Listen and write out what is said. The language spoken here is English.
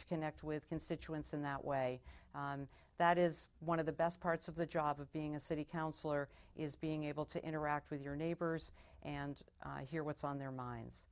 to connect with constituents in that way that is one of the best parts of the job of being a city councilor is being able to interact with your neighbors and hear what's on their minds